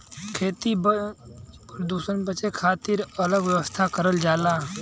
खेती के परदुसन से बचे के खातिर अलग अलग जगह पर अलग अलग व्यवस्था करल जाला